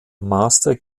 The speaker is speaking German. master